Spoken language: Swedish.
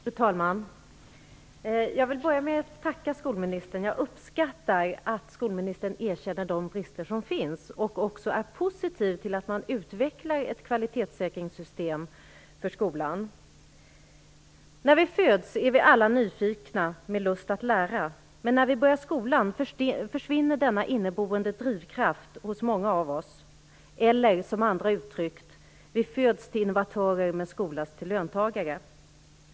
Fru talman! Jag vill börja med att tacka skolministern. Jag uppskattar att hon erkänner de brister som finns och att hon också är positiv till att man utvecklar ett kvalitetssäkringssystem för skolan. När vi föds är vi alla nyfikna med lust att lära. Men när vi börjar skolan försvinner denna inneboende drivkraft hos många av oss, eller som andra uttryckt det: Vi föds till innovatörer, men skolas till löntagare.